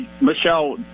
Michelle